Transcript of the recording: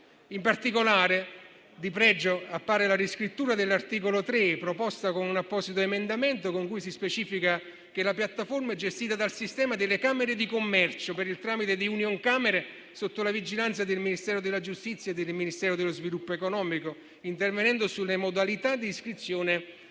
in particolare, appare di pregio la riscrittura dell'articolo 3, proposta con un apposito emendamento, con cui si specifica che la piattaforma è gestita dal sistema delle camere di commercio, per il tramite di Unioncamere, sotto la vigilanza del Ministero della giustizia e del Ministero dello sviluppo economico, intervenendo sulle modalità di iscrizione